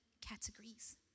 categories